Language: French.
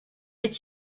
est